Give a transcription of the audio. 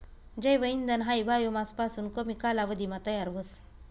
जैव इंधन हायी बायोमास पासून कमी कालावधीमा तयार व्हस